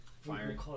firing